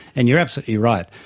and you're absolutely right,